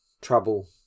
trouble